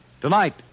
Tonight